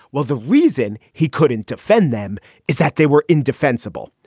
well, the reason he couldn't defend them is that they were indefensible.